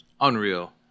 unreal